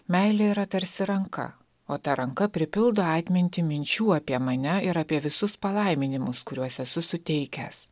meilė yra tarsi ranka o ta ranka pripildo atmintį minčių apie mane ir apie visus palaiminimus kuriuos esu suteikęs